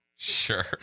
Sure